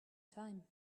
time